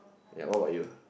ya what about you